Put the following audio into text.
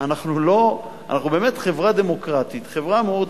אנחנו חברה דמוקרטית, חברה מאוד חיה,